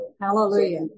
Hallelujah